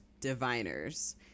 diviners